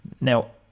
Now